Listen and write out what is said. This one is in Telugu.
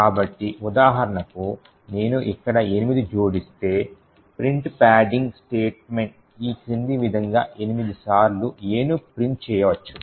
కాబట్టి ఉదాహరణకు నేను ఇక్కడ 8 ని జోడిస్తే ప్రింట్ పాడింగ్ స్టేట్మెంట్ ఈ క్రింది విధంగా 8 సార్లు A ను ప్రింట్ చేయవచ్చు